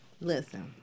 listen